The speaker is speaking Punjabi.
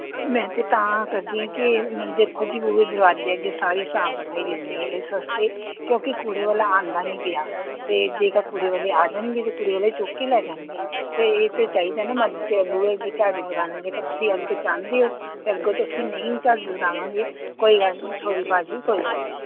ਮੈਂ ਤੇ ਤਾਂ ਕਰਦੀ ਹਾਂ ਕਿ ਦੇਖੋ ਜੀ ਬੂਹੇ ਦਰਵਾਜ਼ੇ ਅੱਗੇ ਸਾਰੀ ਸਾਫ ਸਫਾਈ ਰਹਿੰਦੀ ਹੈ ਇਸ ਵਾਸਤੇ ਕਿਉਂਕਿ ਕੂੜੇ ਵਾਲਾ ਆਉਂਦਾ ਨਹੀਂ ਪਿਆ ਅਤੇ ਜੇਕਰ ਕੂੜੇ ਵਾਲੇ ਆ ਜਾਣਗੇ ਤਾਂ ਕੂੜੇ ਵਾਲੇ ਚੁੱਕ ਕੇ ਲੈ ਜਾਣਗੇ ਫਿਰ ਇਹ ਤਾਂ ਚਾਹੀਦਾ ਨਾ ਮਤਲਬ ਕਿ ਬੂਹੇ ਅੱਗੇ ਝਾੜੂ ਲਗਾਉਣਾ ਜੇਕਰ ਤੁਸੀਂ ਅੱਗੇ ਚਾਹੁੰਦੇ ਹੋ ਤਾਂ ਅੱਗੇ ਤੋਂ ਅਸੀਂ ਨਹੀਂ ਝਾੜੂ ਲਗਾਵਾਂਗੇ ਕੋਈ ਗੱਲ ਨਹੀਂ ਸੋਰੀ ਭਾਅ ਜੀ ਕੋਈ ਗੱਲ ਨਹੀਂ